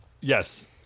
yes